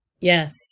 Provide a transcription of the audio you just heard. Yes